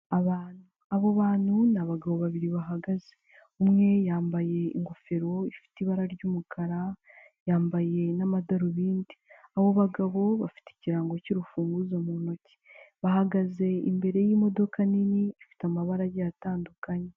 Abantu, abo bantu ni abagabo babiri bahagaze. Umwe yambaye ingofero ifite ibara ry'umukara yambaye n'amadarubindi. Abo bagabo bafite ikirango cy'urufunguzo mu ntoki. Bahagaze imbere y'imodoka nini, ifite amabara atandukanye.